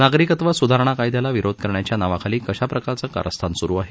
नागरिकत्व सुधारणा कायद्याला विरोध करण्याच्या नावाखाली कशा प्रकारचे कारस्थान सुरु आहे